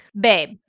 Babe